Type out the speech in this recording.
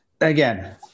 Again